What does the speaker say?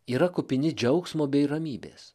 yra kupini džiaugsmo bei ramybės